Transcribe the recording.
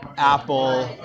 Apple